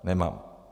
Nemám.